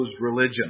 religion